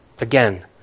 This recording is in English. Again